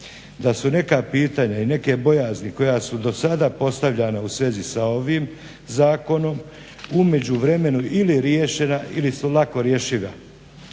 da su neka pitanja i neke bojazni koja su do sada postavljana u svezi sa ovim zakonom u međuvremenu ili riješena ili su lako rješiva.